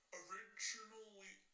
originally